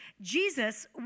Jesus